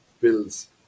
Bills